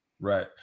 right